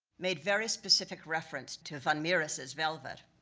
made very specific reference to van mieris's velvet.